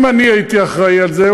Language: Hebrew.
אם אני הייתי אחראי לזה,